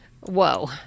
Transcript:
Whoa